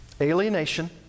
Alienation